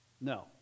No